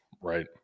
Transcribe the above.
right